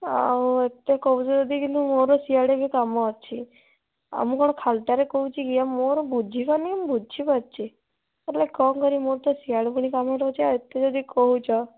ଆଉ ଏତେ କହୁଛ ଯଦି କିନ୍ତୁ ମୋର ସିଆଡ଼େ ବି କାମ ଅଛି ମୁଁ କଣ ଖାଲିଟାରେ କହୁଛି କି ଆଉ ମୋର ବୁଝିପାରୁନି ମୁଁ ବୁଝିପାରୁଛି ହେଲେ କ'ଣ କରିବି ମୋର ତ ସିଆଡ଼େ ପୁଣି କାମ ରହୁଛି ଏତେ ଯଦି କହୁଛ